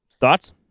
thoughts